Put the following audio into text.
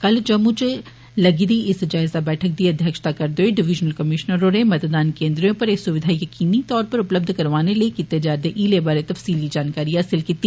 कल जम्मू च लग्गी दी इस जायजा बैठक दी अध्यक्षता करदे होई डिविजनल कमीष्नर होरें मतदान केंद्रे पर एह सुविधां यकीनी तौरा पर उपलब्ध कराने लेई कीते जा रदे हीलें बारै तफसीली जानकारी हासल कीती